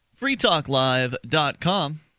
freetalklive.com